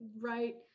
right